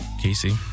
Casey